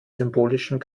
symbolischen